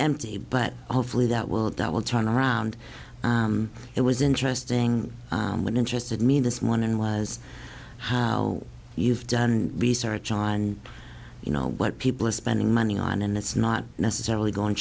empty but of lou that world that will turn around it was interesting what interested me this morning was how you've done research and you know what people are spending money on and it's not necessarily going